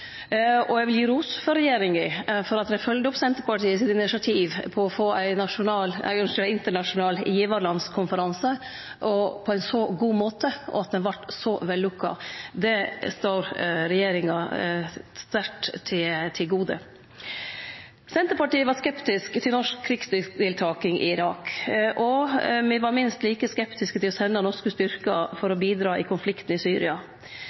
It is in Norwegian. Eg vil gi regjeringa ros for at ho fylgde opp initiativet frå Senterpartiet om å få ein internasjonal givarlandskonferanse – og det på ein så god måte, og at han vart så vellukka. Det tener regjeringa sterkt til ære. Senterpartiet var skeptisk til norsk krigsdeltaking i Irak, og me var minst like skeptiske til å sende norske styrkar for å bidra i konflikten i Syria.